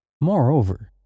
Moreover